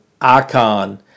icon